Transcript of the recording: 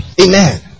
Amen